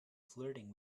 flirting